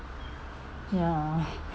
ya